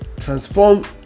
Transform